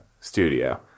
studio